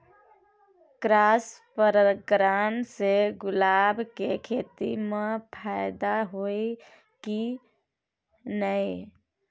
Cross परागण से गुलाब के खेती म फायदा होयत की नय?